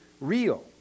real